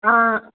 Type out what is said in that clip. آ